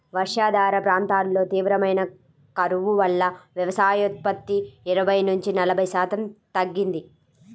వర్షాధార ప్రాంతాల్లో తీవ్రమైన కరువు వల్ల వ్యవసాయోత్పత్తి ఇరవై నుంచి నలభై శాతం తగ్గింది